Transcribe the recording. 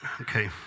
Okay